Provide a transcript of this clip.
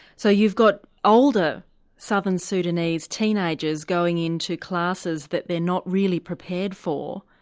so you've got older southern sudanese teenagers going into classes that they're not really prepared for.